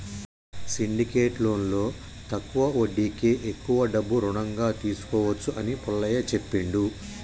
syndicate లోన్లో తక్కువ వడ్డీకే ఎక్కువ డబ్బు రుణంగా తీసుకోవచ్చు అని పుల్లయ్య చెప్పిండు